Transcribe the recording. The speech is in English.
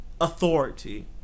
authority